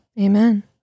Amen